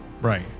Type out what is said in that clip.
Right